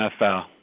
NFL